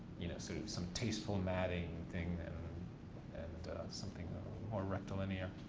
you know, sort of some tasteful matting thing and something more rectilinear.